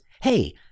Hey